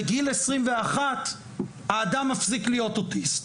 בגיל 21 האדם מפסיק להיות אוטיסט,